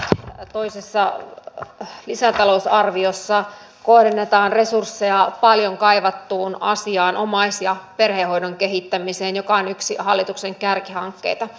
tässä toisessa lisätalousarviossa kohdennetaan resursseja paljon kaivattuun asiaan omais ja perhehoidon kehittämiseen joka on yksi hallituksen kärkihankkeita